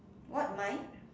what mind